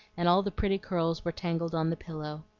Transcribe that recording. and all the pretty curls were tangled on the pillow.